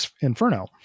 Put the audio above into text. Inferno